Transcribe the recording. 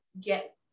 get